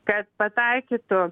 kad pataikytų